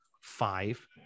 five